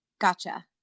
Gotcha